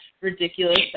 ridiculous